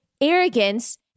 arrogance